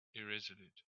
irresolute